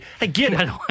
Again